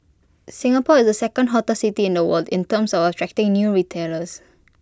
Singapore is the second hottest city in the world in terms of attracting new retailers